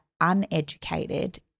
uneducated